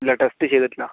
ഇല്ല ടെസ്റ്റ് ചെയ്തിട്ടില്ല